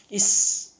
is